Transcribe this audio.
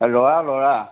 এই ল'ৰা ল'ৰা